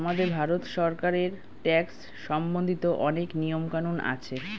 আমাদের ভারত সরকারের ট্যাক্স সম্বন্ধিত অনেক নিয়ম কানুন আছে